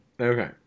Okay